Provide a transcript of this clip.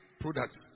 products